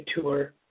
tour